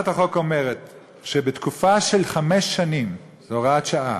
אומרת שבתקופה של חמש שנים, זו הוראת שעה,